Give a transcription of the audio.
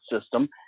system